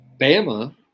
Bama